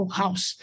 house